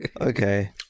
Okay